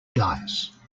dice